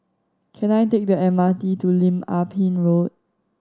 can I take the M R T to Lim Ah Pin Road